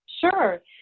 Sure